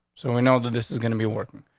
so we know that this is gonna be working.